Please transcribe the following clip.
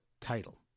title